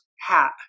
hat